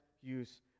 use